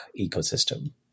ecosystem